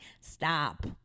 stop